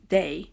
day